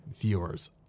viewers